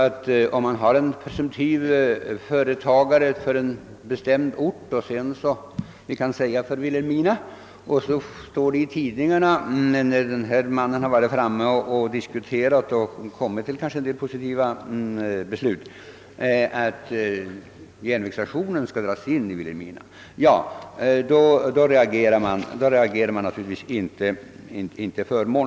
Låt oss anta att en presumtiv företagare efter förhandlingar ställt sig positiv för lokalisering till Vilhelmina av ett objekt. Vederbörande reaktion blir naturligtvis inte förmånlig, om han dagen efter i tidningarna får läsa att järnvägsstationen i Vilhelmina skall dras in.